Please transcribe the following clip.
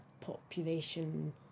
population